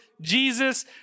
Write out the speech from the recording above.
Jesus